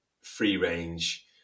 free-range